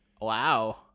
Wow